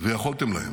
ויכולתם להם.